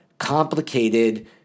complicated